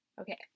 Okay